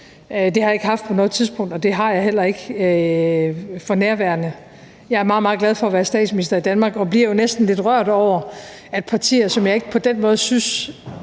Det har jeg ikke haft på noget tidspunkt, og det har jeg heller ikke for nærværende. Jeg er meget, meget glad for at være statsminister i Danmark, og jeg bliver jo næsten lidt rørt over, at partier, som jeg ikke på den måde synes